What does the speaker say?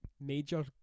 major